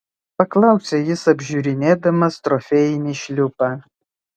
paklausė jis apžiūrinėdamas trofėjinį šliupą